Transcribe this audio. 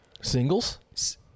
Singles